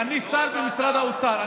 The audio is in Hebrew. אני שר במשרד האוצר,